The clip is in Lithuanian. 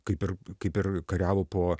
kaip ir kaip ir kariavo po